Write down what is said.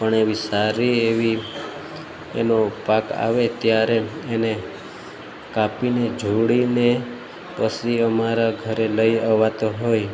પણ એવી સારી એવી એનો પાક આવે ત્યારે એને કાપીને જોળીને પસી અમારા ઘરે લઈ અવાતો હોય